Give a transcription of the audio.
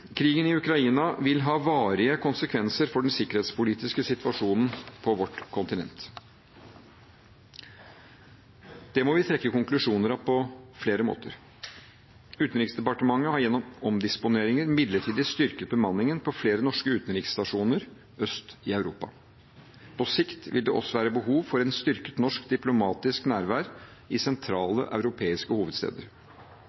Krigen i Ukraina vil ha varige konsekvenser for den sikkerhetspolitiske situasjonen på vårt kontinent. Det må vi trekke konklusjoner av på flere måter. Utenriksdepartementet har gjennom omdisponeringer midlertidig styrket bemanningen på flere norske utenriksstasjoner øst i Europa. På sikt vil det også være behov for et styrket norsk diplomatisk nærvær i